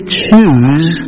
choose